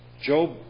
Job